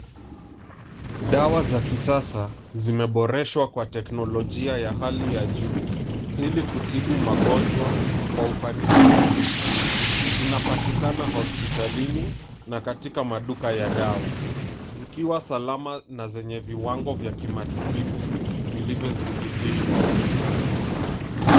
Dawa za kisasa zimeboreshwa kwa teknolojia ya hali ya juu, ili kutibu magonjwa kwa ufanisi zaidi. Zinapatikana hospitalini na katika maduka ya dawa, zikiwa salama na zenye viwango vya kimatibibu, vilivyo zibitishwa.